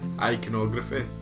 Iconography